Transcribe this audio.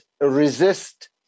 resist